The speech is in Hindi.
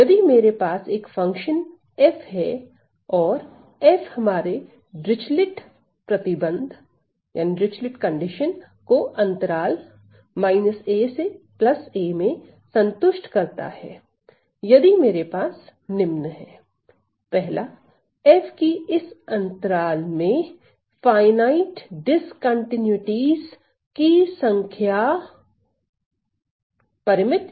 यदि मेरे पास एक फंक्शन f है और f हमारे डिरचलेट प्रतिबंध को अंतराल aa में संतुष्ट करता है यदि मेरे पास निम्न है 1 f की इस अंतराल में परिमित असांतत्यताओं की संख्या परिमित है